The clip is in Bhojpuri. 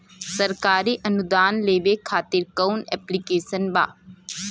सरकारी अनुदान लेबे खातिर कवन ऐप्लिकेशन बा?